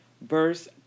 verse